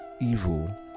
evil